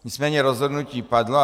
Nicméně rozhodnutí padlo.